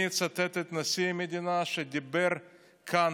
אני אצטט את נשיא המדינה, שדיבר כאן